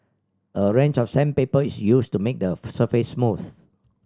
a range of sandpaper is used to make the surface smooth